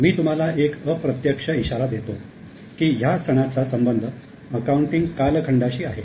मी तुम्हाला एक अप्रत्यक्ष इशारा देतो की या सणाचा संबंध अकाउंटिंग कालखंडाशी आहे